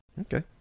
Okay